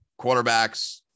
quarterbacks